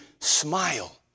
smile